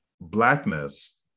blackness